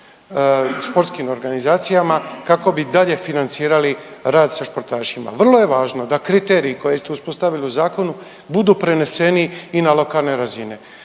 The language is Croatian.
športskim organizacijama kako bi dalje financirali rad sa športašima. Vrlo je važno da kriteriji koje ste uspostavili u Zakonu biti preneseni i na lokalne razine.